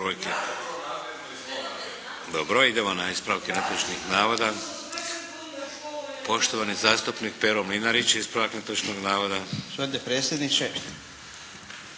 Dobro. Idemo na ispravke netočnih navoda. Poštovani zastupnik Pero Mlinarić, ispravak netočnog navoda. **Mlinarić,